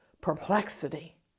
perplexity